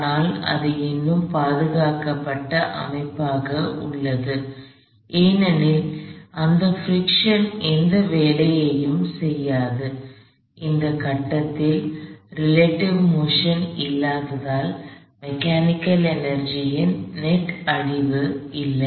ஆனால் இது இன்னும் பாதுகாக்கப்பட்ட அமைப்பாக உள்ளது ஏனெனில் அந்த பிரிக்க்ஷன் எந்த வேலையும் செய்யாது இந்த கட்டத்தில் ரீலேடீவ் மோஷன் Relative motionஒப்பீட்டு இயக்கம் இல்லாததால் மெக்கானிக்கல் எனர்ஜியின் நெட் அழிவு இல்லை